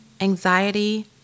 anxiety